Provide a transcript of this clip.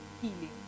healing